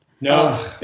No